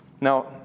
Now